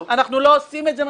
אנחנו לא עושים את זה מספיק.